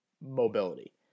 mobility